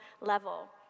level